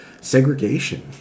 segregation